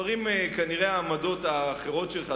כנראה העמדות האחרות שלך,